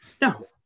No